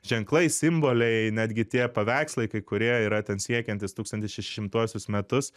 ženklai simboliai netgi tie paveikslai kai kurie yra ten siekiantys tūkstantis šeši šimtuosius metus